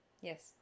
Yes